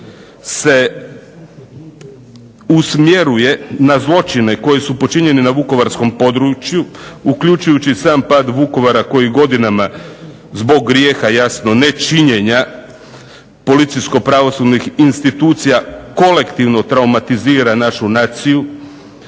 se usmjerava na zločine koji su počinjeni na vukovarskom području uključujući i sam pad Vukovara koji godinama zbog grijeha jasno nečinjenja policijsko-pravosudnih institucija kolektivno traumatizira našu naciju,